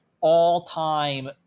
all-time –